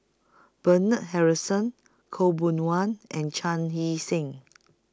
Bernard Harrison Khaw Boon Wan and Chan Hee Seng